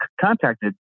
contacted